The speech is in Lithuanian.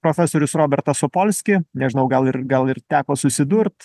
profesorius robertas opolski nežinau gal ir gal ir teko susidurt